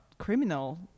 criminal